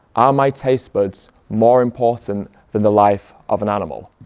are my taste buds more important than the life of an animal?